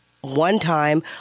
one-time